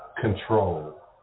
control